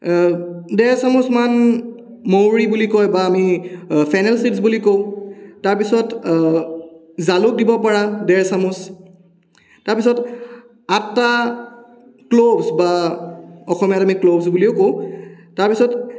দেৰ চামুচমান মৌৰী বুলি কয় বা আমি ফেন্নেল ছিডছ বুলি কওঁ তাৰপিছত জালুক দিব পাৰা দেৰ চামুচ তাৰপিছত আঠটা ক্ল'ভছ বা অসমীয়াত আমি ক্ল'ভছ বুলিও কওঁ তাৰপিছত